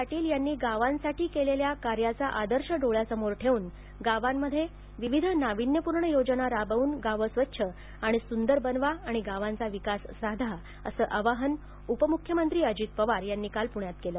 पाटील यांनी गावांसाठी केलेल्या कार्याचा आदर्श डोळ्यासमोर ठेवून गावांमध्ये विविध नावीन्यपूर्ण योजना राबवून गावं स्वच्छ आणि सूंदर बनवा आणि गावांचा विकास साधा असं आवाहन उपमुख्यमंत्री अजित पवार यांनी काल पुण्यात केलं